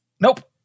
Nope